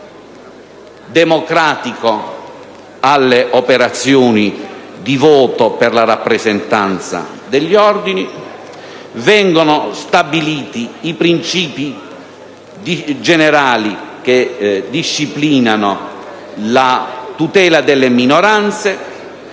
democratico alle operazioni di voto per la rappresentanza degli ordini, i principi generali che disciplinano la tutela delle minoranze,